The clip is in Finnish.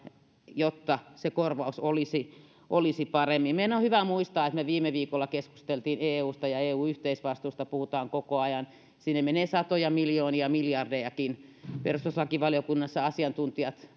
jotta se korvaus olisi olisi parempi meidän on hyvä muistaa että me viime viikolla keskustelimme eusta ja eu yhteisvastuista puhutaan koko ajan sinne menee satoja miljoonia miljardejakin perustuslakivaliokunnassa asiantuntijat